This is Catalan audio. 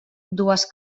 dues